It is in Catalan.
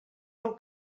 del